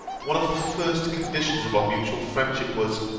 one of the first conditions of our mutual friendship was,